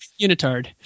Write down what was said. Unitard